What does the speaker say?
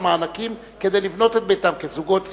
המענקים כדי לבנות את ביתם כזוגות צעירים.